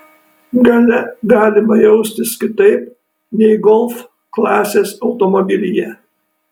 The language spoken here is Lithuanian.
gale galima jaustis kitaip nei golf klasės automobilyje